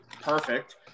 perfect